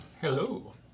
Hello